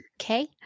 okay